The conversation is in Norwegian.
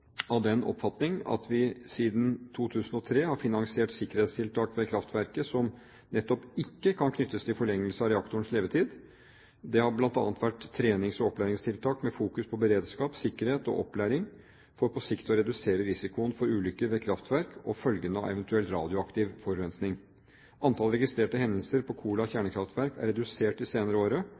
av den oppfatning at vi siden 2003 har finansiert sikkerhetstiltak ved kraftverket som nettopp ikke kan knyttes til forlengelse av reaktorens levetid. Det har bl.a. vært trenings- og opplæringstiltak, med fokus på beredskap, sikkerhet og opplæring, for på sikt å redusere risikoen for ulykker ved kraftverk og følger av eventuell radioaktiv forurensning. Antall registrerte hendelser på Kola kjernekraftverk er redusert de senere